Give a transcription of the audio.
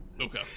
Okay